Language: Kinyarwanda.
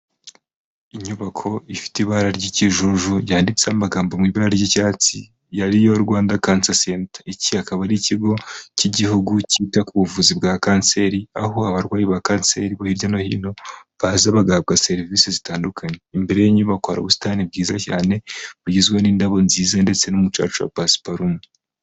Inyubako ifite ibara ry'ikijuju ryanditseho amagambo mu ibara ry'icyatsi ariyo Rwanda Canser Centre. Iki akaba ari ikigo cy'igihugu cyita ku buvuzi bwa kanseri aho abarwayi ba kanseri hirya no hino, baza bagahabwa serivisi zitandukanye. Imbere y'inyubako hari ubusitani bwiza cyane bugizwe n'indabo nziza ndetse n'umucaca wa pasiparume.